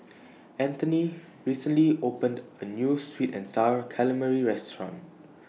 Antony recently opened A New Sweet and Sour Calamari Restaurant